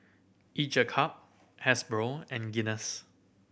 Each a Cup Hasbro and Guinness